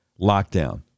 lockdown